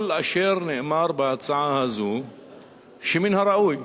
כל אשר נאמר בהצעה הזאת הוא שמן הראוי,